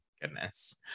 Goodness